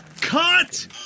Cut